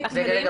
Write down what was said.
רגע.